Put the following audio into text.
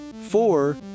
four